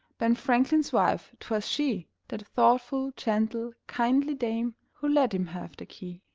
ben franklin's wife twas she, that thoughtful, gentle, kindly dame, who let him have the key.